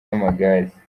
w’amagare